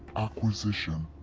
acquisition.